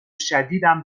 شدیدم